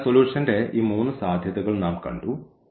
അതിനാൽ സൊലൂഷൻറെ ഈ 3 സാധ്യതകൾ നാം കണ്ടു